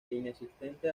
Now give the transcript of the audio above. inexistente